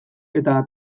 eta